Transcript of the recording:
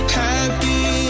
happy